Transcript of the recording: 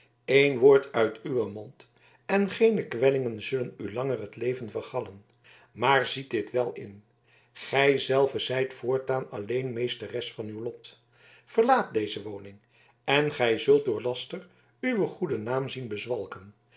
een woord uit uwen mond en geene kwellingen zullen u langer het leven vergallen maar ziet dit wel in gij zelve zijt voortaan alleen meesteres van uw lot verlaat deze woning en gij zult door laster uw goeden naam zien bezwalken